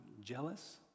jealous